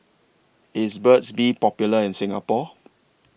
IS Burt's Bee Popular in Singapore